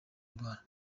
ndwara